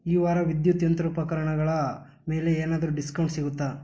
ಈ ವಾರ ವಿದ್ಯುತ್ ಯಂತ್ರೋಪಕರಣಗಳ ಮೇಲೆ ಏನಾದರೂ ಡಿಸ್ಕೌಂಟ್ ಸಿಗುತ್ತಾ